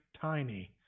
tiny